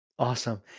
Awesome